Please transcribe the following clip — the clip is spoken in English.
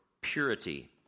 purity